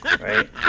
Right